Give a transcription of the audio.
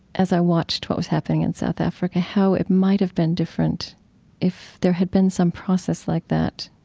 as i watched what was happening in south africa, how it might have been different if there had been some process like that.